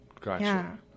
Gotcha